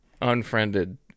unfriended